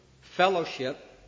fellowship